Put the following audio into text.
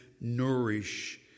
nourish